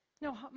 No